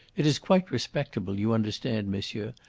it is quite respectable, you understand, monsieur,